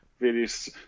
various